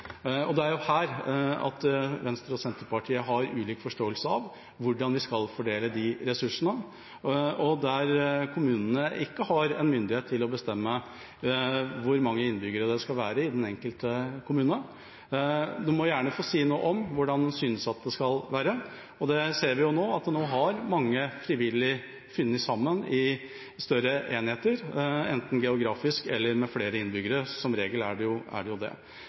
rammeområder. Det er jo her at Venstre og Senterpartiet har ulik forståelse av hvordan vi skal fordele de ressursene, og der kommunene ikke har en myndighet til å bestemme hvor mange innbyggere det skal være i den enkelte kommune. De må gjerne si noe om hvordan en synes det skal være. Og det ser vi jo nå, at mange frivillig har funnet sammen i større enheter, enten geografisk eller med flere innbyggere. Som regel er det jo det.